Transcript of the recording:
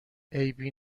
عیبی